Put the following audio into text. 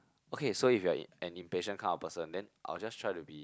okay so if you're an an impatient kind of person then I'll just try to be